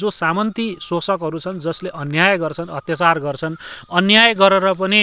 जो सामन्ती सोसकहरू छन् जसले अन्याय गर्छन् अत्याचार गर्छन् अन्याय गरेर पनि